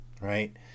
Right